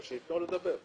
שייתן לו לדבר.